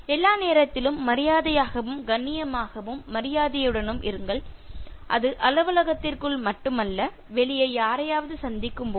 எல்லா நேரத்திலும் மரியாதையாகவும் கண்ணியமாகவும் மரியாதையுடனும் இருங்கள் அது அலுவலகத்திற்குள் மட்டுமல்ல வெளியே யாரையாவது சந்திக்கும் போதும்